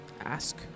ask